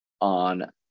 on